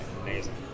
amazing